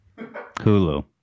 Hulu